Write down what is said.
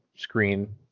Screen